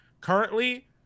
currently